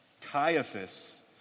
Caiaphas